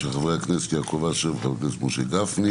של חבר הכנסת יעקב אשר וחבר הכנסת משה גפני